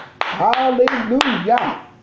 Hallelujah